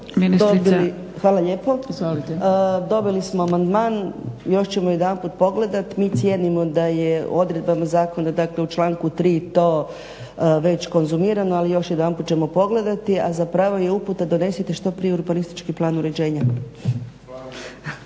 Anka (HNS)** Dobili smo amandman, još ćemo jedanput pogledati. Mi cijenimo da je u odredbama zakona u članku 3. to već konzumirano ali još jedanput ćemo pogledati a zapravo je uputa donesite što prije urbanistički plan uređenja.